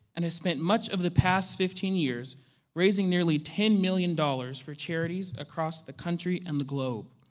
and has spent much of the past fifteen years raising nearly ten million dollars for charities across the country and the globe.